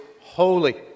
holy